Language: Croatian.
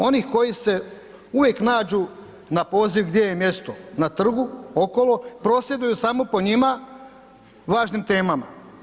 Onih koji se uvijek nađu na poziv gdje je mjesto, na trgu, okolo, prosvjeduju samo po njima važnim temama.